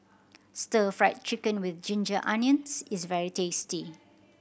Stir Fried Chicken With Ginger Onions is very tasty